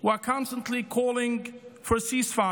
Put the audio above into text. who are calling for ceasefire: